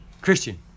Christian